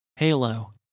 Halo